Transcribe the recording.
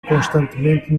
constantemente